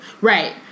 Right